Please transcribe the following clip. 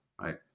Right